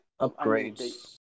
upgrades